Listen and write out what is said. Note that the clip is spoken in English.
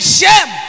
shame